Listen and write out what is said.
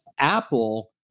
Apple